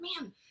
man